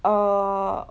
err